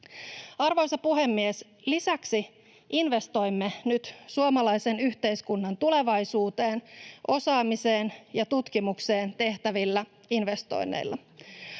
Arvoisa puhemies! Lisäksi investoimme nyt suomalaisen yhteiskunnan tulevaisuuteen, osaamiseen ja tutkimukseen tehtävillä investoinneilla.